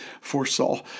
foresaw